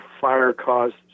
fire-caused